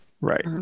Right